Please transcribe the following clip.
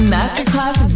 Masterclass